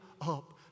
up